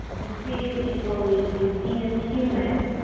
be treated equally, be seen as human,